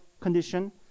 condition